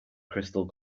crystal